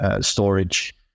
storage